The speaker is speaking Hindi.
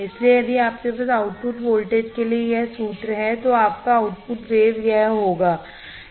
इसलिए यदि आपके पास आउटपुट वोल्टेज के लिए यह सूत्र है तो आपका आउटपुट वेव यह होगा